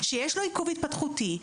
שיש לו עיכוב התפתחותי,